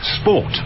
Sport